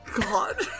god